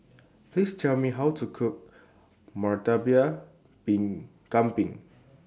Please Tell Me How to Cook Murtabak Kambing